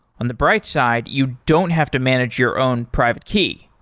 on the bright side, you don't have to manage your own private key,